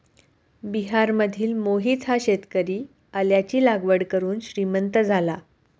बिहारमधील मोहित हा शेतकरी आल्याची लागवड करून श्रीमंत झाला